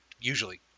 usually